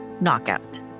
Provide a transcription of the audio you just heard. knockout